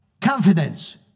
confidence